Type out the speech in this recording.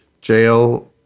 jail